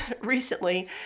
recently